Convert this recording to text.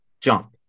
jump